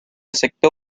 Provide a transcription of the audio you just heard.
aceptó